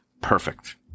perfect